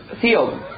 field